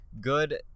good